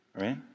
Right